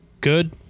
good